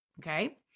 okay